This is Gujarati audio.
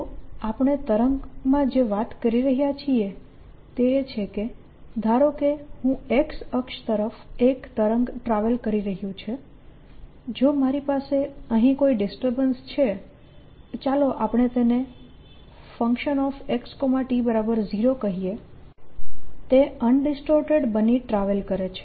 તો આપણે તરંગમાં જે વાત કરી રહ્યા છીએ તે એ છે કે ધારો કે હું X અક્ષ તરફ એક તરંગ ટ્રાવેલ કરી રહ્યું છે જો મારી પાસે અહીં કોઈ ડિસ્ટર્બન્સ છે અને ચાલો આપણે તેને fxt0 કહીએ તે અનડિસ્ટોર્ટેડ બની ટ્રાવેલ કરે છે